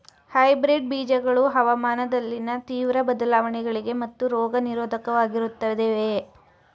hybrid ಬೀಜಗಳು ಹವಾಮಾನದಲ್ಲಿನ ತೀವ್ರ ಬದಲಾವಣೆಗಳಿಗೆ ಮತ್ತು ರೋಗ ನಿರೋಧಕವಾಗಿರುತ್ತವೆ